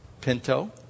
Pinto